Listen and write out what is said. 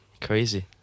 crazy